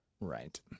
Right